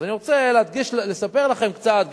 אז אני רוצה לספר לכם קצת,